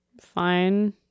Fine